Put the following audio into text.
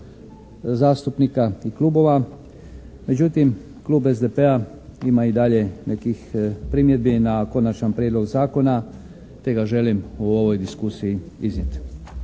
zastupnika i klubova međutim Klub SDP-a ima i dalje nekih primjedbi na Konačan prijedlog zakona te ga želim u ovoj diskusiji iznijeti.